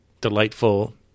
delightful